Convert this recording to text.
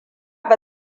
ba